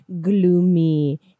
gloomy